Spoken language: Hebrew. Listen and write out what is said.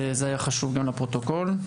זה היה חשוב גם לפרוטוקול.